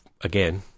again